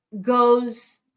goes